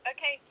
Okay